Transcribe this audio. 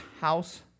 house